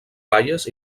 baies